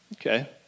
Okay